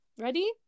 Ready